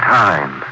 time